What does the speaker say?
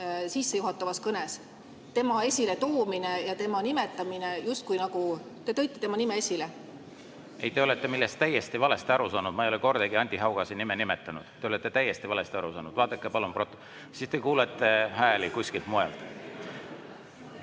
sissejuhatavas kõnes, tema esiletoomine ja tema nimetamine, justkui … Te tõite tema nime esile. Ei, te olete millestki täiesti valesti aru saanud, ma ei ole kordagi Anti Haugase nime nimetanud. Te olete täiesti valesti aru saanud. Vaadake, palun … Siis te kuulete hääli kuskilt mujalt. Head